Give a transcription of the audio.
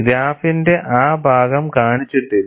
ഗ്രാഫിന്റെ ആ ഭാഗം കാണിച്ചിട്ടില്ല